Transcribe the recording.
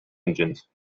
engines